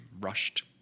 rushed